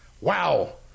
wow